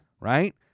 Right